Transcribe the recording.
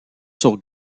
sur